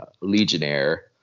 legionnaire